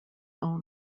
own